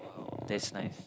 that's nice